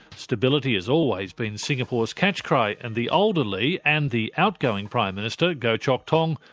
stability has always been singapore's catchcry, and the older lee and the outgoing prime minister, go chok tong,